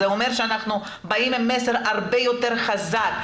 זה אומר שאנחנו באים עם מסר הרבה יותר חזק.